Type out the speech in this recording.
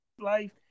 Life